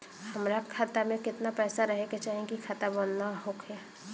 हमार खाता मे केतना पैसा रहे के चाहीं की खाता बंद ना होखे?